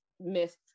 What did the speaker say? myth